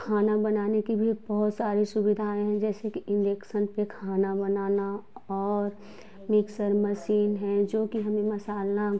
खाना बनाने कि भी बहुत सारे सुविधाएँ हैं जैसे कि इंडेक्सन पर खाना बनाना और मिक्सर मसीन हैं जो कि हमें मसाला